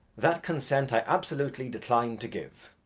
that consent i absolutely decline to give.